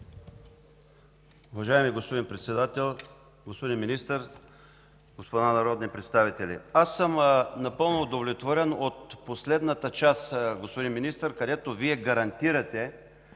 Уважаеми господин Председател, господин Министър, господа народни представители! Аз съм напълно удовлетворен от последната част, господин Министър, където Вие гарантирате,